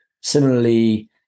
Similarly